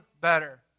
better